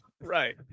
Right